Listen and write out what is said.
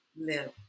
live